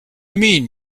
mean